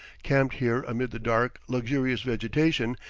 camped here amid the dark, luxurious vegetation,